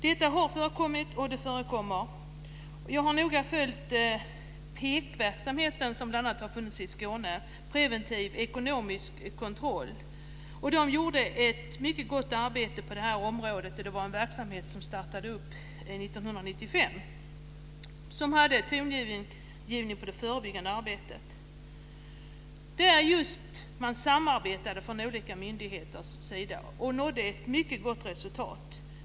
Detta har förekommit, och det förekommer. Jag har noga följt PEK-verksamheten, preventiv ekonomisk kontroll, som bl.a. har funnits i Skåne, och man gjorde ett mycket gott arbete på det här området. Det var en verksamhet som startade 1995 som hade tonvikten på det förebyggande arbetet, där man just samarbetade från olika myndigheters sida och nådde ett mycket gott resultat.